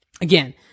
again